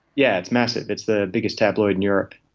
yeah it's massive, it's the biggest tabloid in europe.